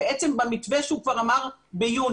בעצם במתווה שהוא כבר אמר ביוני,